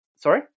Sorry